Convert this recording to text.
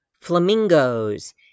flamingos